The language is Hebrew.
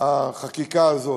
החקיקה הזאת,